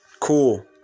Cool